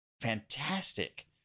fantastic